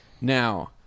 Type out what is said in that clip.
Now